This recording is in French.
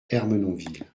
ermenonville